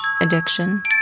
addiction